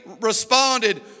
responded